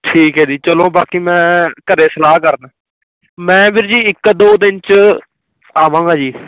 ਠੀਕ ਹੈ ਜੀ ਚਲੋ ਬਾਕੀ ਮੈਂ ਘਰੇ ਸਲਾਹ ਕਰਦਾ ਮੈਂ ਵੀਰ ਜੀ ਇੱਕ ਦੋ ਦਿਨ 'ਚ ਆਵਾਂਗਾ ਜੀ